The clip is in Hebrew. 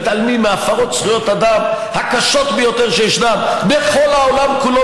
מתעלמים מהפרות זכויות האדם הקשות ביותר שישנן בכל העולם כולו,